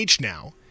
now